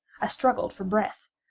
i struggled for breath.